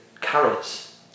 carrots